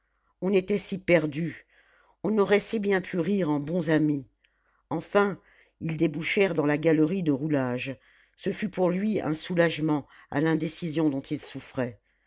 on était si perdu on aurait si bien pu rire en bons amis enfin ils débouchèrent dans la galerie de roulage ce fut pour lui un soulagement à l'indécision dont il souffrait